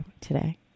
today